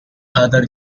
father